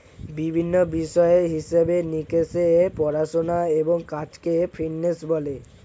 বিভিন্ন বিষয়ের হিসেব নিকেশের পড়াশোনা এবং কাজকে ফিন্যান্স বলে